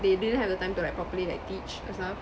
they didn't have the time to like properly like teach us stuff